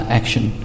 action